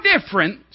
difference